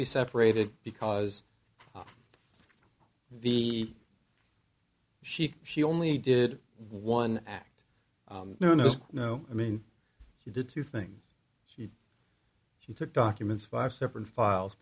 obvious separated because the she she only did one act no no no i mean she did two things she she took documents five separate files